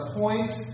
point